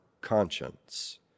conscience